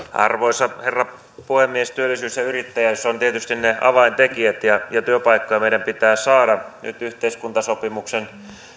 arvoisa herra puhemies työllisyys ja yrittäjyys ovat tietysti ne avaintekijät ja työpaikkoja meidän pitää saada nyt yhteiskuntasopimuksen